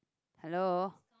hello